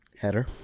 header